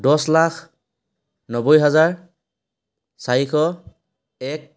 দছ লাখ নব্বৈ হাজাৰ চাৰিশ এক